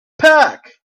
pack